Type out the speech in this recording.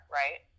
right